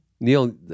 Neil